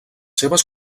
seves